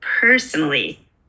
personally